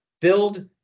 build